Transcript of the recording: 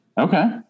Okay